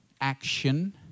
action